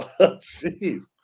Jeez